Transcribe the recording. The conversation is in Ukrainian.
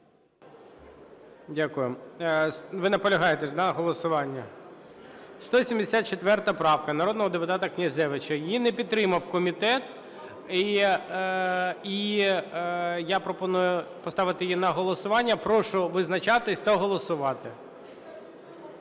Дякую. Ви наполягаєте ж, да, на голосуванні? 174 правка народного депутата Князевича, її не підтримав комітет, і я пропоную поставити на голосування. Прошу визначатись та голосувати.